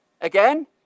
Again